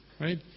Right